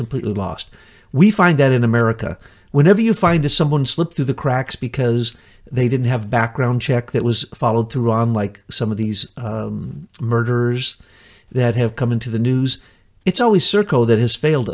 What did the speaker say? completely lost we find that in america whenever you find the someone slipped through the cracks because they didn't have background check that was followed through on like some of these murders that have come into the news it's always serco that has failed